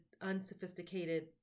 unsophisticated